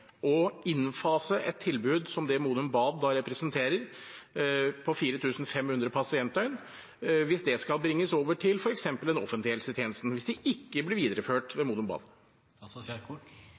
innfase et tilbud som det Modum Bad representerer med 4 500 pasientdøgn, hvis det skal bringes over til f.eks. den offentlige helsetjenesten og ikke blir videreført ved